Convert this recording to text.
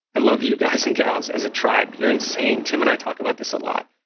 i love you, guys and gals, as a tribe. you're insane. tim and i talk about this a lot.